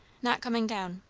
not coming down.